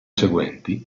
seguenti